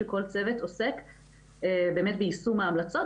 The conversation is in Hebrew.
שכל צוות עוסק באמת ביישום ההמלצות.